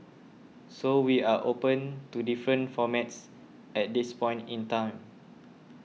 so we are open to different formats at this point in time